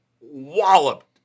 walloped